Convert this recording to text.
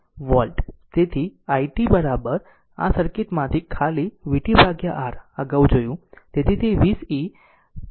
તેથી i t આ circuit માંથી ખાલી vt r અગાઉ જોયું